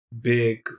big